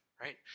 right